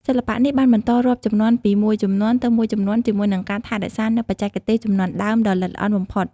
សិល្បៈនេះបានបន្តរាប់ជំនាន់ពីមួយជំនាន់ទៅមួយជំនាន់ជាមួយនឹងការថែរក្សានូវបច្ចេកទេសជំនាន់ដើមដ៏ល្អិតល្អន់បំផុត។